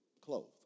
Clothed